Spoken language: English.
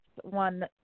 one